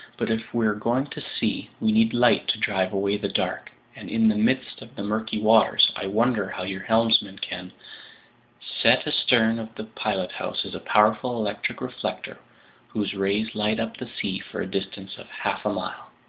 but if we're going to see, we need light to drive away the dark, and in the midst of the murky waters, i wonder how your helmsman can set astern of the pilothouse is a powerful electric reflector whose rays light up the sea for a distance of half a mile.